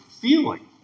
feeling